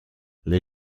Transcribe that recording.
les